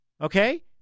Okay